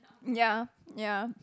ya ya